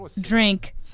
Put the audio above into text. drink